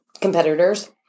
competitors